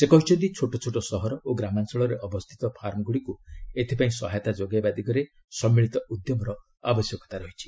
ସେ କହିଛନ୍ତି ଛୋଟ ଛୋଟ ସହର ଓ ଗ୍ରାମାଞ୍ଚଳରେ ଅବସ୍ଥିତ ଫାର୍ମଗୁଡ଼ିକୁ ଏଥିପାଇଁ ସହାୟତା ଯୋଗାଇବା ଦିଗରେ ସମ୍ମିଳିତ ଉଦ୍ୟମର ଆବଶ୍ୟକତା ରହିଛି